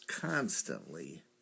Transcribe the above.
constantly